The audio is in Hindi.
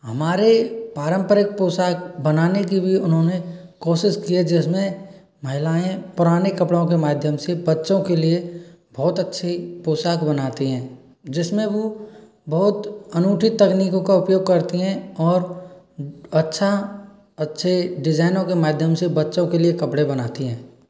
हमारे पारम्परिक पोशाक बनाने की भी उन्होंने कोशिश की है जिसमें महिलाएँ पुराने कपड़ों के माध्यम से बच्चों के लिए बहुत अच्छी पोशाक बनाती हैं जिसमें वो बहुत अनूठी तकनीकों का उपयोग करती हैं और अच्छा अच्छे डिजाइनों के माधयम से बच्चों के लिए कपड़े बनाती हैं